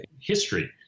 history